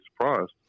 surprised